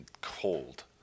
cold